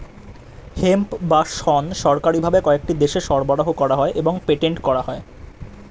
hemp বা শণ সরকারি ভাবে কয়েকটি দেশে সরবরাহ করা হয় এবং পেটেন্ট করা হয়